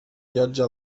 llotja